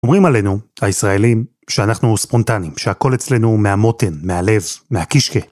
אומרים עלינו, הישראלים, שאנחנו ספונטנים, שהכל אצלנו הוא מהמותן, מהלב, מהקישקע.